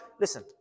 listen